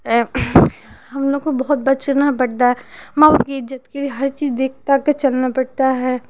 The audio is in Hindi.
ये हम लोग को बहुत बचना पड़ता है मैं अपनी इज्ज़त के लिए हर चीज को देख दाख कर चलना पड़ता है